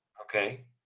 okay